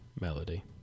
melody